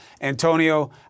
Antonio